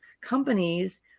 companies